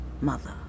Mother